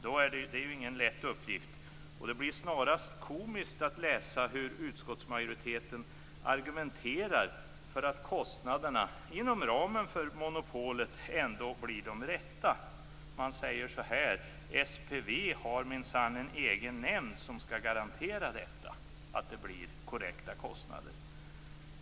Det blir snarare komiskt att läsa hur utskottsmajoriteten argumenterar för att kostnaderna, inom ramen för monopolet, ändå blir de rätta. Man säger att SPV minsann har en egen nämnd som skall garantera att det blir korrekta kostnader.